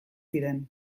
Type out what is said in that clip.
ziren